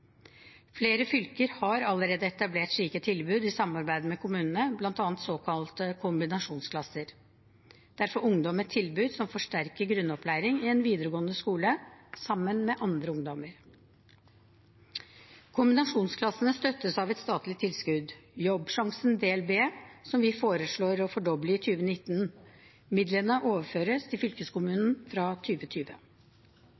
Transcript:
Flere fylker har allerede etablert slike tilbud i samarbeid med kommunene, bl.a. såkalte kombinasjonsklasser. Der får ungdom et tilbud som forsterker grunnopplæring i en videregående skole, sammen med andre ungdommer. Kombinasjonsklassene støttes av et statlig tilskudd, Jobbsjansen del B, som vi foreslår å fordoble i 2019. Midlene overføres